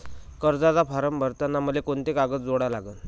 कर्जाचा फारम भरताना मले कोंते कागद जोडा लागन?